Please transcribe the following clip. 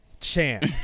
champ